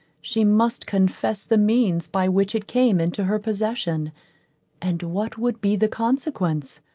she must confess the means by which it came into her possession and what would be the consequence?